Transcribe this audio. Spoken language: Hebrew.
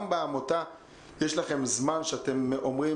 גם בעמותה יש לכם זמן שאתם אומרים